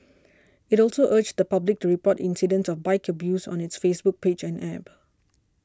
it also urged the public to report incidents of bike abuse on its Facebook page and App